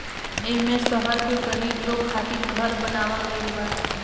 एईमे शहर के गरीब लोग खातिर घर बनावल गइल बा